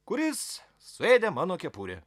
kuris suėdė mano kepurę